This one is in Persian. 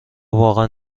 واقعا